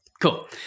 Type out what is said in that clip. Cool